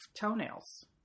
Toenails